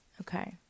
Okay